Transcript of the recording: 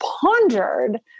pondered